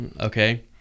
Okay